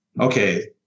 okay